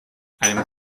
einem